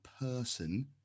person